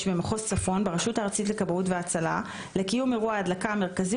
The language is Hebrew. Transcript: במחוז צפון ברשות הארצית לכבאות והצלה לקיום אירוע ההדלקה המרכזי,